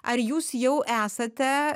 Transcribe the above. ar jūs jau esate